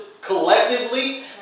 collectively